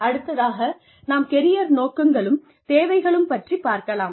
அடுத்ததாக நாம் கெரியர் நோக்கங்களும் தேவைகளும் பற்றி பார்க்கலாம்